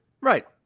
Right